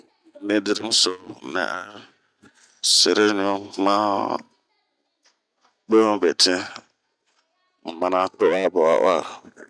A din zeremi soo ,nɛɛ a sereɲu ma biemɛ ma betin, un mana to'a Baba'ua.